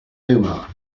omar